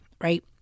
right